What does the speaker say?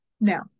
Now